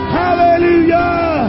hallelujah